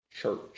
church